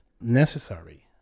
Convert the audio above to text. necessary